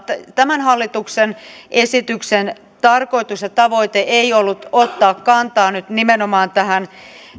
tämän hallituksen esityksen tarkoitus ja tavoite ei ollut ottaa kantaa nyt nimenomaan tähän